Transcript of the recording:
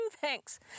Thanks